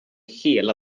hela